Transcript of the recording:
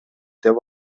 деп